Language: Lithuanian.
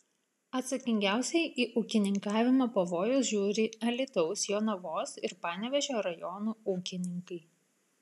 atsakingiausiai į ūkininkavimo pavojus žiūri alytaus jonavos ir panevėžio rajonų ūkininkai